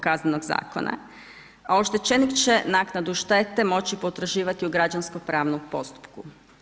Kaznenog zakona a oštećenik će naknadu štete moći potraživati u građansko pravnom postupku.